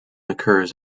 occurs